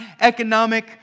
economic